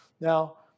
Now